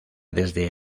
desde